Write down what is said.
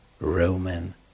Roman